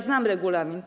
Znam regulamin.